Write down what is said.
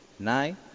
nine